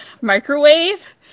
microwave